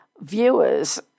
Viewers